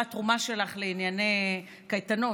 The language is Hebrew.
מה התרומה שלך לענייני קייטנות?